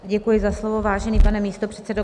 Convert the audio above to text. Děkuji za slovo, vážený pane místopředsedo.